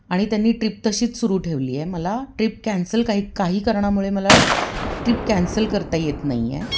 आणि त्यांनी ट्रिप तशीच सुरू ठेवली आहे मला ट्रिप कॅन्सल काही काही करणामुळे मला ट्रिप कॅन्सल करता येत नाही आहे